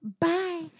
Bye